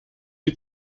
die